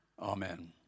Amen